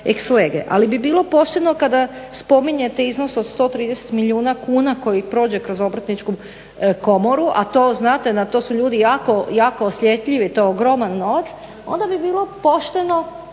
Ali bi bilo pošteno kada spominjete iznos od 130 milijuna kuna koji prođe kroz obrtničku komoru, a to znate, na to su ljudi jako, jako osjetljivi, to je ogroman novac, onda bi bilo pošteno